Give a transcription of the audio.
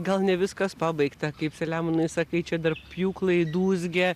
gal ne viskas pabaigta kaip selemonai sakai čia dar pjūklai dūzgia